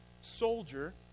soldier